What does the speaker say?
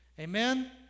Amen